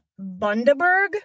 Bundaberg